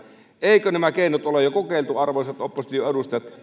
eivätkö nämä keinot ole jo kokeiltu arvoisat opposition edustajat